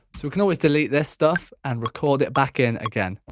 so we could always delete this stuff and record it back in again.